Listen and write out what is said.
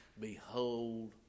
behold